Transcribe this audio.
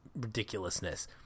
ridiculousness